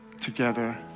together